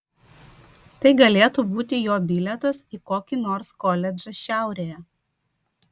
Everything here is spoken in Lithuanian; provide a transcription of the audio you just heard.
tai galėtų būti jo bilietas į kokį nors koledžą šiaurėje